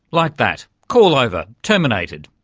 like that, call over, terminated!